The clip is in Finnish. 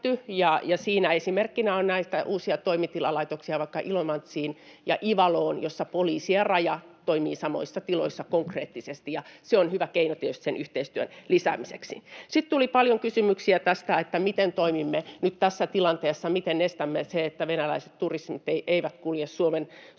siinä esimerkkinä on näitä uusia toimitilalaitoksia vaikka Ilomantsiin ja Ivaloon, joissa poliisi ja Raja toimivat samoissa tiloissa konkreettisesti, ja se on hyvä keino tietysti sen yhteistyön lisäämiseksi. Sitten tuli paljon kysymyksiä siitä, miten toimimme nyt tässä tilanteessa, miten estämme sen, että venäläiset turistit eivät kulje Suomen läpi